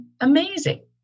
amazing